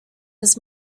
his